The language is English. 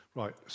right